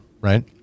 right